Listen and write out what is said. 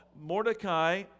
Mordecai